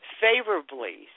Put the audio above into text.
favorably